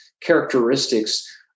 characteristics